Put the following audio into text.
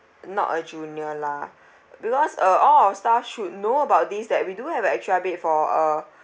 not a junior lah because uh all our staff should know about this that we do have a extra bed for uh